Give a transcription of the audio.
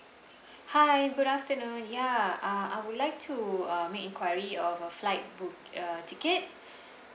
hi good afternoon ya ah I would like to uh make enquiry of a flight book uh ticket